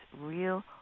real